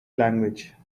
language